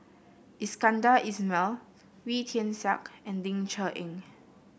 Iskandar Ismail Wee Tian Siak and Ling Cher Eng